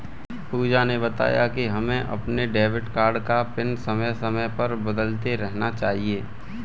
पूजा ने बताया कि हमें अपने डेबिट कार्ड का पिन समय समय पर बदलते रहना चाहिए